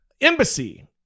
embassy